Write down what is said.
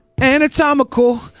Anatomical